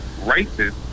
racist